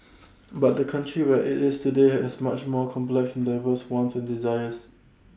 but the country where IT is today has much more complex and diverse wants and desires